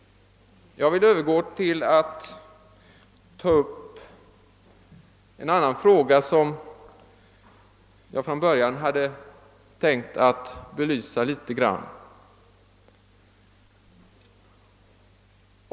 Jag vill övergå till en annan fråga, som jag från början hade tänkt att belysa litet grand.